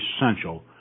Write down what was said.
essential